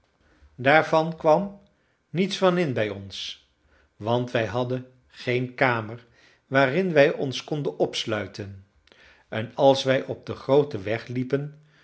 daarvan kwam niets van in bij ons want wij hadden geen kamer waarin wij ons konden opsluiten en als wij op den grooten weg liepen